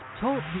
Talk